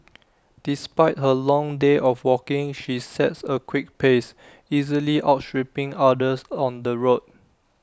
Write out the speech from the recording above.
despite her long day of walking she sets A quick pace easily outstripping others on the road